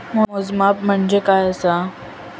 मोजमाप म्हणजे काय असा?